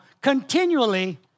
continually